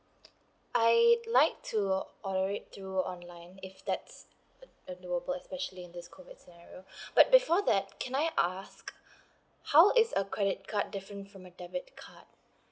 I'd like to order it through online if that's uh doable especially in this COVID scenario but before that can I ask how is a credit card different from a debit card